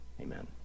Amen